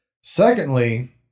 Secondly